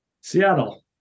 Seattle